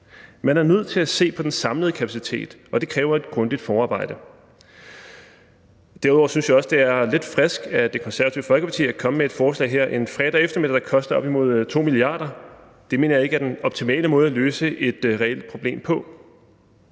Man er nødt til at se på den samlede kapacitet, og det kræver et grundigt forarbejde. Derudover synes jeg også, det er lidt frisk af Det Konservative Folkeparti at komme med et forslag her en fredag eftermiddag, der koster op imod 2 mia. kr. Det mener jeg ikke er den optimale måde at løse et reelt problem på.